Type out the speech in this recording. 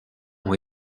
ont